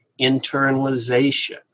internalization